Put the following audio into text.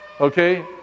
Okay